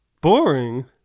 Boring